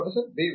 professor B